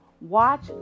Watch